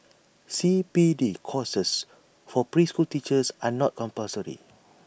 C P D courses for preschool teachers are not compulsory